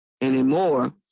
anymore